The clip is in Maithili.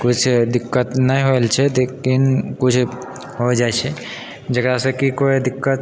किछु दिक्कत नहि होयल छै लेकिन कुछ हो जाइ छै जकरासँ की कोई दिक्कत